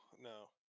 no